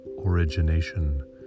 origination